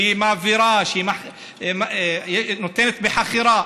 שמעבירה ונותנת בחכירה.